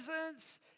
presence